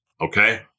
okay